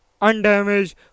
undamaged